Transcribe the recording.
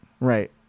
Right